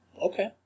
Okay